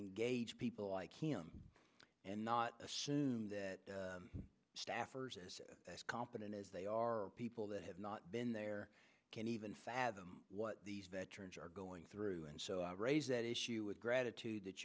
engage people like him and not assume that staffers as competent as they are people that have not been there can even fathom what these veterans are going through and so i raise that issue with gratitude that